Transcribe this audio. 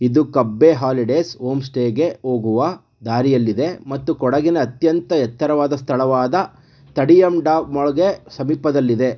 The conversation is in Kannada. ಇದು ಕಬ್ಬೆ ಹಾಲಿಡೇಸ್ ಹೋಮ್ ಸ್ಟೇಗೆ ಹೋಗುವ ದಾರಿಯಲ್ಲಿದೆ ಮತ್ತು ಕೊಡಗಿನ ಅತ್ಯಂತ ಎತ್ತರವಾದ ಸ್ಥಳವಾದ ತಡಿಯಾಂಡಮೋಳಿಗೆ ಸಮೀಪದಲ್ಲಿದೆ